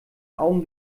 augen